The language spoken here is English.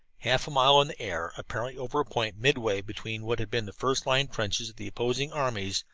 half a mile in the air, apparently over a point midway between what had been the first-line trenches of the opposing armies,